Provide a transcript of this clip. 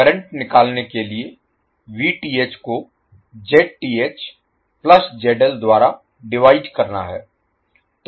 current निकालने के लिए Vth को Zth plus ZL द्वारा डिवाइड करना है